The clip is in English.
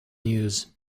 news